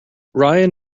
ryan